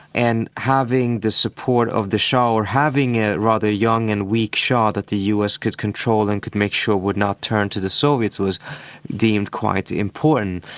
and having the support of the shah, or having a rather young and weak shah that the us could control and could make sure would not turn to the soviets, was deemed quite important,